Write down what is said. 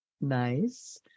Nice